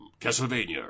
Castlevania